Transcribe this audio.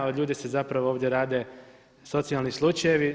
Od ljudi se zapravo ovdje rade socijalni slučajevi.